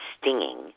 stinging